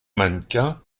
mannequin